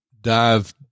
dive